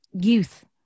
youth